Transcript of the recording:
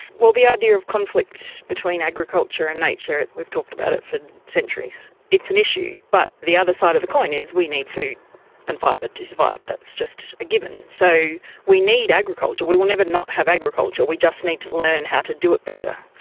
well, the idea of conflict between agriculture and nature, we've talked about it for centuries. it's an issue. but the other side of the coin is we need food and fibre to survive, that's just a given. so we need agriculture, we will never not have agriculture, we just need to learn how to do it better.